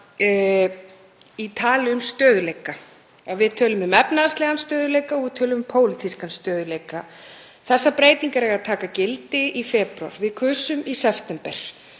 tal um stöðugleika. Við tölum um efnahagslegan stöðugleika og við tölum um pólitískan stöðugleika. Þessar breytingar eiga að taka gildi í febrúar. Við kusum í september